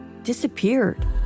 disappeared